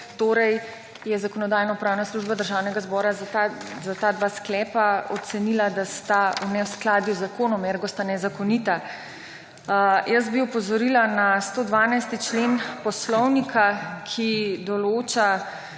torej je Zakonodajno-pravna služba Državnega zbora za ta dva sklepa ocenila, da sta v neskladju z zakonom / nerazumljivo/ sta nezakonita. Jaz bi opozorila na 112. člen Poslovnika, ki določa